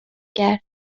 کرد